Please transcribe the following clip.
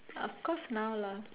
of course now lah